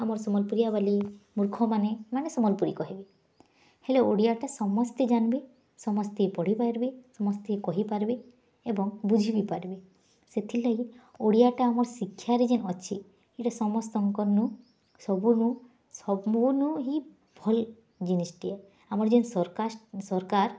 ଆମର୍ ସମ୍ବଲ୍ପୁରୀଆ ବାଲେ ମୂର୍ଖମାନେ ଏମାନେ ସମ୍ବଲ୍ପୁରୀ କହିବେ ହେଲେ ଓଡ଼ିଆଟା ସମସ୍ତେ ଜାନ୍ବେ ସମସ୍ତେ ପଢ଼ିପାରବେ ସମସ୍ତେ କହିପାରବେ ଏବଂ ବୁଝି ବି ପାରବେ ସେଥିର୍ଲାଗି ଓଡ଼ିଆଟା ଆମ୍ର ଶିକ୍ଷାରେ ଯେନ୍ ଅଛି ଏଇଟା ସମସ୍ତଙ୍କର ନୁ ସବୁନୁ ସମୁନୁ ହି ଭଲ୍ ଜିନିଷ୍ ଟିଏ ଆମର୍ ଯେନ୍ସର୍କାର୍